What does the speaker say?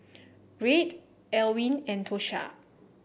Reid Elwyn and Tosha